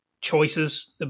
choices